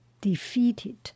defeated